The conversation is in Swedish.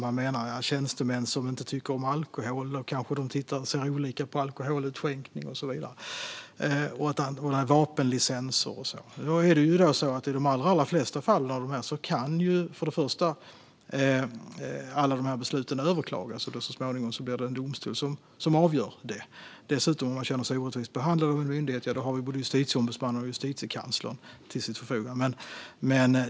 Han menar att tjänstemän som inte tycker om alkohol kanske ser annorlunda på alkoholutskänkning, och han talar om vapenlicenser. I de allra flesta fall kan besluten överklagas, och då blir det en domstol som avgör det. Och om man känner sig orättvist behandlad av en myndighet har man både justitieombudsmannen och justitiekanslern till sitt förfogande.